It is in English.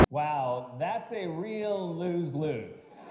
wow. that's a real lose-lose.